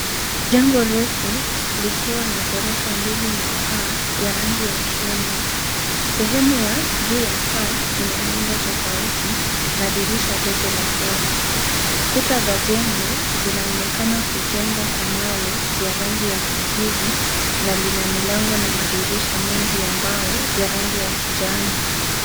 Jengo refu likiwa na ghorofa mbili na paa ya rangi ya chungwa. Sehemu ya juu ya paa ina muundo tofauti na dirisha ndogo la hewa. Kuta za jengo zinaonekana kujengwa kwa mawe ya rangi ya kijivu na lina milango na madirisha mengi ya mbao ya rangi ya kijani.